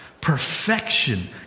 Perfection